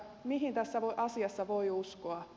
mihin tässä asiassa voi uskoa